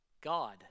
God